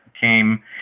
came